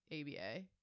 aba